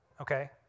okay